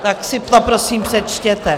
Tak si to prosím přečtěte!